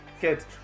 Good